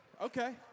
Okay